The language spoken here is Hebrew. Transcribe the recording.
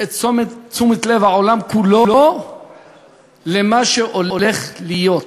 את תשומת לב העולם כולו למה שהולך להיות.